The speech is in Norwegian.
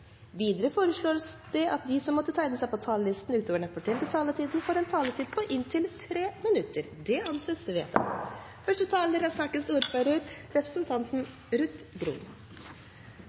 Videre foreslås det at de som måtte tegne seg på talerlisten utover den fordelte taletid, får en taletid på inntil 3 minutter. – Det anses vedtatt.